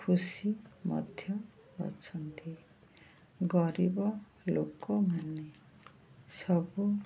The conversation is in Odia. ଖୁସି ମଧ୍ୟ ଅଛନ୍ତି ଗରିବ ଲୋକମାନେ ସବୁ